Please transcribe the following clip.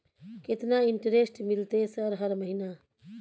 केतना इंटेरेस्ट मिलते सर हर महीना?